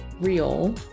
real